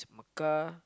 Mecca